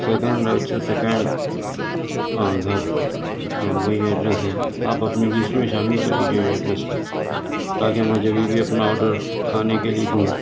second right سے second آندھر ہاں وہی ایڈریس ہے آپ اپنے لسٹ میں شامل کر لیجیے یہ ایڈریس کو تاکہ میں جبھی بھی اپنا آڈر کھانے کے لیے دوں